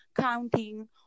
counting